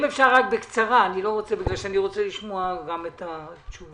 אם אפשר רק בקצרה, אני רוצה לשמוע גם את התשובות.